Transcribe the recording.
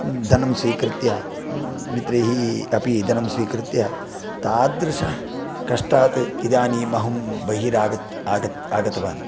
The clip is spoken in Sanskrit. धनं स्वीकृत्य मित्रैः अपि धनं स्वीकृत्य तादृशकष्टात् इदानीमहं बहिरागत् आगत् आगतवान्